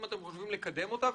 אם אתם חושבים לקדם אותה,